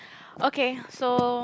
okay so